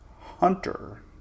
Hunter